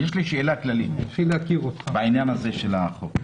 יש לי שאלה כללית בעניין הזה של החוק.